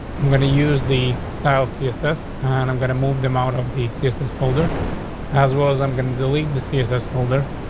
i'm going to use the style css on. and i'm gonna move them out of the css folder as well as i'm gonna delete the css holder.